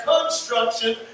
construction